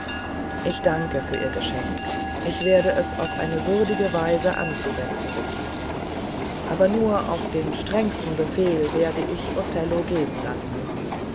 ich danke für ihr geschenk ich werde es auf eine würdige weise anzuwenden wissen aber nur auf den strengsten befehl werde ich othello geben lassen